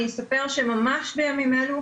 אני אספר שממש בימים אלו,